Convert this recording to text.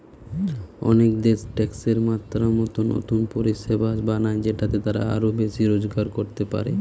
অনেক দেশ ট্যাক্সের মাত্রা মতো নতুন পরিষেবা বানায় যেটাতে তারা আরো বেশি রোজগার করতে পারে